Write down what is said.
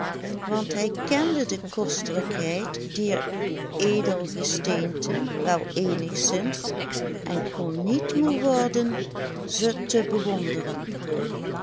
want hij kende de kostelijkheid dier edelgesteenten wel eenigzins en kon niet moê worden ze te bewonderen